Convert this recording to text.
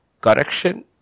correction